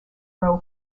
row